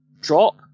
drop